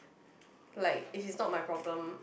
like it is not my problem